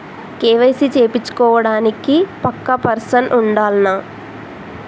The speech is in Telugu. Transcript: కే.వై.సీ చేపిచ్చుకోవడానికి పక్కా పర్సన్ ఉండాల్నా?